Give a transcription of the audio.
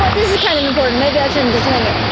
but this is kind of important. maybe i shouldn't just wing it.